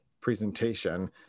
presentation